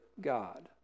God